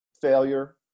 Failure